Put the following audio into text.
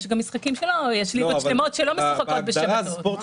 יש גם ליגות שלמות שלא משחקות בשבתות.